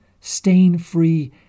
stain-free